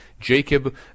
Jacob